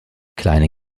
kleine